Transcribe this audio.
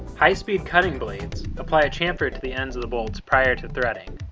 high speed cutting blades apply a chamfer to the ends of the bolts prior to threading.